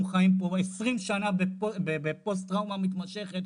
חיים פה 20 שנה בפוסט טראומה מתמשכת,